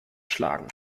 schlagen